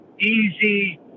easy